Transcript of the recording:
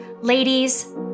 Ladies